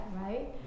right